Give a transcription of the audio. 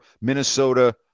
Minnesota